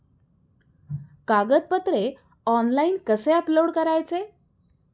कागदपत्रे ऑनलाइन कसे अपलोड करायचे?